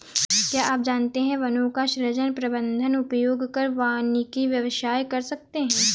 क्या आप जानते है वनों का सृजन, प्रबन्धन, उपयोग कर वानिकी व्यवसाय कर सकते है?